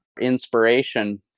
inspiration